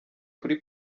kuri